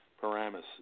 Paramus